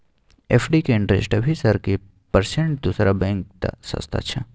FD के interest अभी sir की परसेंट दूसरा बैंक त सस्ता छः?